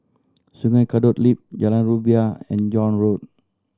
Sungei Kadut Loop Jalan Rumbia and John Road